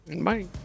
Bye